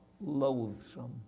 loathsome